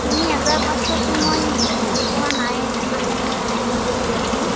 তিনি হাজাৰ পাঁচশটো মই বেছি কোৱা নাই তেনেকে মই বিক্ৰী কৰি আছোঁ